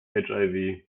hiv